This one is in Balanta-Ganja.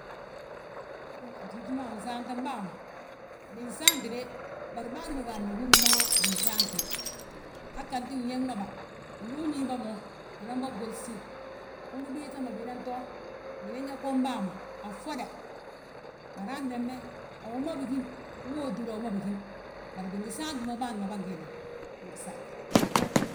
Gyíīti ma fsaantem bàa ma, binsaanti de, bari bâan bége, aa nna húri binsaanti. Hanganti gñég ma bà, ndu uñínbà mo, unanbà gorsi, ungi biiŧa mo, binanto. Binan nyaa gom bàa ma, a ffoda, bari handembe a wi ma bigíni wo túur, wo túur a wima bigini. Bari bingi saanti mo bâan bâ ngeena húr wima bisaantini.